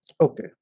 okay